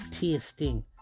tasting